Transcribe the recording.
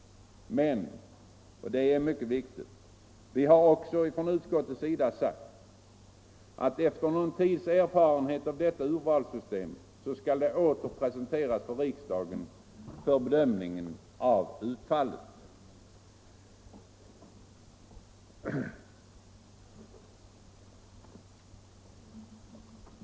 Men — och det är mycket viktigt — vi har också från utskottets sida sagt, att efter någon tids erfarenhet av detta urvalssystem skall det åter presenteras för riksdagen för bedömning av utfallet.